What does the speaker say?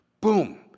Boom